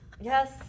Yes